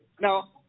Now